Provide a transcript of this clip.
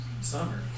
summer